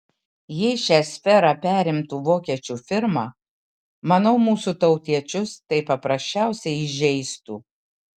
jei šią sferą perimtų vokiečių firma manau mūsų tautiečius tai paprasčiausiai įžeistų